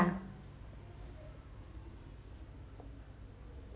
ya